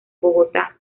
bogotá